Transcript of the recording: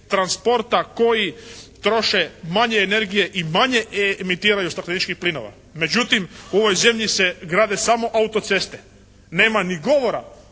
transporta koji troše manje energije i manje emitiraju stakleničkih plinova. Međutim, u ovoj zemlji se grade samo auto ceste. Nema ni govora